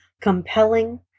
compelling